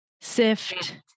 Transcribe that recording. sift